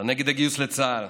אתה נגד הגיוס לצה"ל,